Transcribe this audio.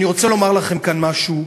אני רוצה לומר לכם כאן משהו: